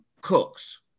cooks